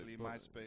MySpace